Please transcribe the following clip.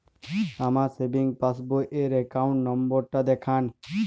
আমার সেভিংস পাসবই র অ্যাকাউন্ট নাম্বার টা দেখান?